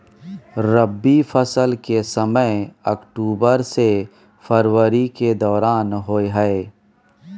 रबी फसल के समय अक्टूबर से फरवरी के दौरान होय हय